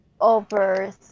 over